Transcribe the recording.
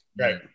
Right